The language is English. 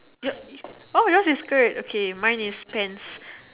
your oh yours is skirt okay mine is pants